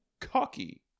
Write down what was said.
cocky